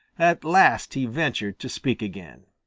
at last he ventured to speak again.